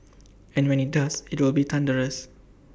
and when IT does IT will be thunderous